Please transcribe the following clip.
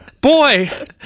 Boy